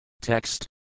Text